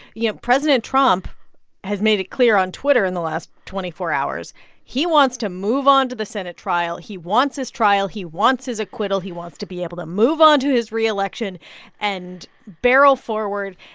you know, president trump has made it clear on twitter in the last twenty four hours he wants to move on to the senate trial. he wants his trial. he wants his acquittal. he wants to be able to move on to his reelection and barrel forward.